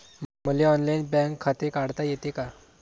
मले online bank खाते काढता येते का?